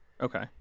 Okay